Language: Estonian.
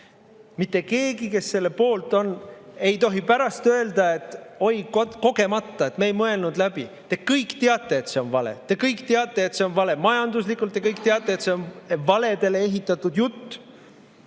Mitte keegi, kes selle poolt on, ei tohi pärast öelda: "Oi, kogemata, me ei mõelnud seda läbi." Te kõik teate, et see on vale! Te kõik teate, et see on majanduslikult vale. Te kõik teate, et see on valedele ehitatud jutt.